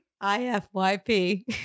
I-F-Y-P